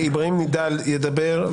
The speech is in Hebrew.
איברהים נידאל ידבר,